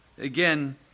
Again